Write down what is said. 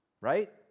right